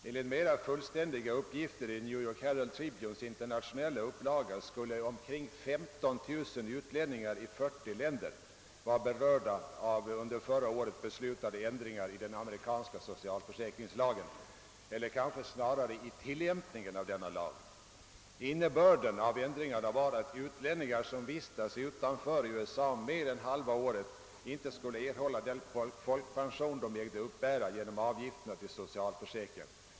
Enligt mera fullständiga uppgifter i New York Herald Tribunes internationella upplaga skulle omkring 15 000 utlänningar i 40 länder vara berörda av under förra året beslutade ändringar i den amerikanska socialförsäkringslagen eller snarare i tillämpningen av denna lag. Innebörden av ändringarna var att utlänningar, som vistas utanför USA mer än halva året, inte skulle erhålla den folkpension de ägde uppbära genom avgifter till socialförsäkringen.